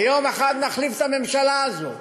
ויום אחד נחליף את הממשלה הזאת,